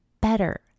better